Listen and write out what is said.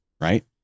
right